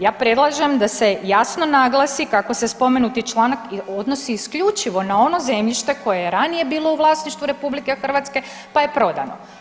Ja predlažem da se jasno naglasi kako se spomenuti članak odnosi isključivo na ono zemljište koje je ranije bilo u vlasništvu RH pa je prodano.